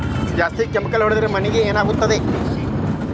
ಜಾಸ್ತಿ ಕೆಮಿಕಲ್ ಹೊಡೆದ್ರ ಮಣ್ಣಿಗೆ ಏನಾಗುತ್ತದೆ?